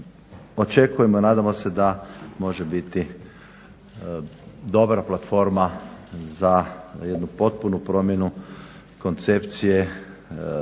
očekujemo i nadamo se da može biti dobra platforma za jednu potpunu promjenu koncepcije